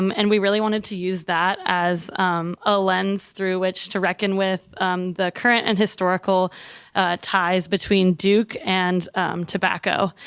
um and we really wanted to use that as a lens through which to reckon with the current and historical ties between duke and tobacco.